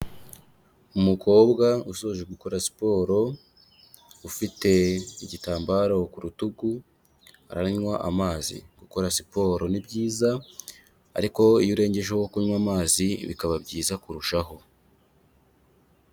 Umukobwa usoje gukora siporo, ufite igitambaro ku rutugu aranywa amazi, gukora siporo ni byiza ariko iyo urengejeho kunywa amazi bikaba byiza kurushaho.